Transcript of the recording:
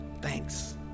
thanks